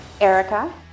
Erica